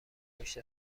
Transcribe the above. پشت